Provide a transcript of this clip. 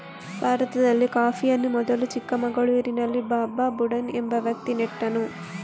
ಭಾರತದಲ್ಲಿ ಕಾಫಿಯನ್ನು ಮೊದಲು ಚಿಕ್ಕಮಗಳೂರಿನಲ್ಲಿ ಬಾಬಾ ಬುಡನ್ ಎಂಬ ವ್ಯಕ್ತಿ ನೆಟ್ಟನು